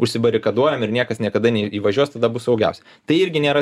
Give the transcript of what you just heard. užsibarikaduojam ir niekas niekada neįvažiuos tada bus saugiausia tai irgi nėra